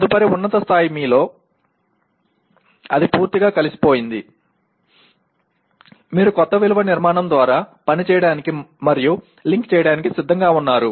తదుపరి ఉన్నత స్థాయి మీలో అది పూర్తిగా కలిసిపోయింది మీరు కొత్త విలువ నిర్మాణం ద్వారా పనిచేయడానికి మరియు లింక్ చేయడానికి సిద్ధంగా ఉన్నారు